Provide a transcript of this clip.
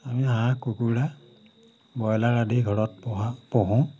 আমি হাঁহ কুকুৰা ব্ৰইলাৰ আদি ঘৰত পোহা পোহোঁ